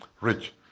rich